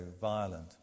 violent